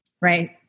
Right